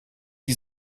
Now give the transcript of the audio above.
die